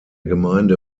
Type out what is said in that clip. gemeinde